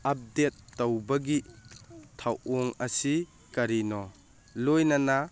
ꯑꯞꯗꯦꯗ ꯇꯧꯕꯒꯤ ꯊꯧꯑꯣꯡ ꯑꯁꯤ ꯀꯔꯤꯅꯣ ꯂꯣꯏꯅꯅ